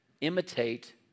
imitate